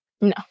No